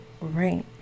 right